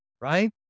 right